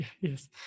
yes